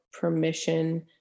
permission